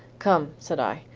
come, said i,